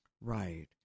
Right